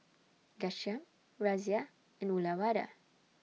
Ghanshyam Razia and Uyyalawada